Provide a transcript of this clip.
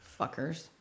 Fuckers